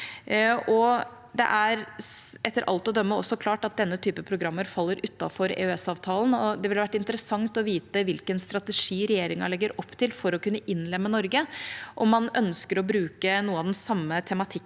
Det er etter alt å dømme også klart at denne type programmer faller utenfor EØSavtalen. Det ville vært interessant å vite hvilken strategi regjeringa legger opp til for å kunne innlemme Norge, om man ønsker å bruke noe av den samme tematikken